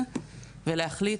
צריך להבין